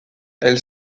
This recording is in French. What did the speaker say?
elle